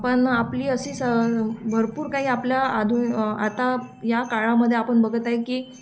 पण आपली अशी स भरपूर काही आपल्या आधून आता या काळामध्ये आपण बघताय की